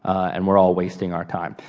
and we're all wasting our time.